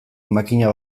makina